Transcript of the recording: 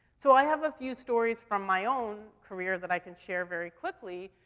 so i have a few stories from my own career that i can share very quickly,